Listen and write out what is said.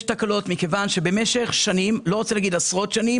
יש תקלות מכיוון שבמשך שנים אני לא רוצה להגיד עשרות שנים